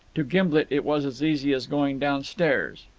to gimblet it was as easy as going downstairs.